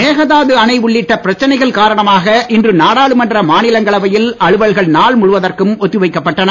மேகதாது அணை உள்ளிட்ட பிரச்சனைகள் காரணமாக இன்று நாடாளுமன்ற மாநிலங்களவையில் அலுவல்கள் நாள் முழுவதற்கும் ஒத்திவைக்கப் பட்டன